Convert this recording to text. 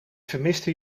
vermiste